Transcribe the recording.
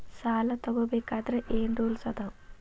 ಸಾಲ ತಗೋ ಬೇಕಾದ್ರೆ ಏನ್ ರೂಲ್ಸ್ ಅದಾವ?